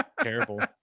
terrible